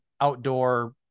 outdoor